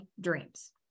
dreams